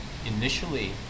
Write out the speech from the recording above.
Initially